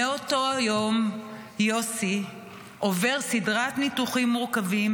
מאותו היום יוסי עובר סדרת ניתוחים מורכבים